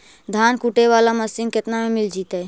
धान कुटे बाला मशीन केतना में मिल जइतै?